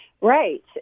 Right